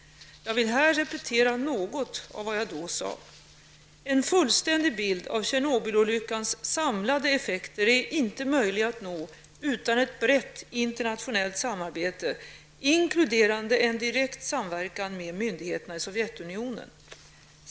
Jag vill här repetera något av vad jag då sade. En fullständig bild av Tjernobylolyckans samlade effekter är inte möjlig att nå utan ett brett internationellt samarbete, inkluderande en direkt samverkan med myndigheterna i Sovjetunionen.